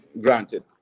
Granted